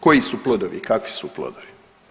Koji su plodovi i kakvi su plodovi?